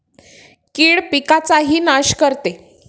कीड पिकाचाही नाश करते